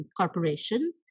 corporation